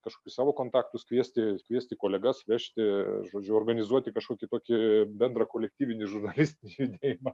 kažkokius savo kontaktus kviesti kviesti kolegas vežti žodžiu organizuoti kažkokį tokį bendrą kolektyvinį žurnalistinį judėjimą